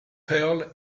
pearl